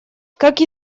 как